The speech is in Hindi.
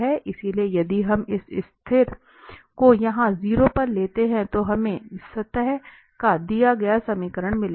इसलिए यदि हम इस स्थिर को यहां 0 पर लेते हैं तो हमें सतह का दिया गया समीकरण मिलेगा